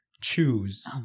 choose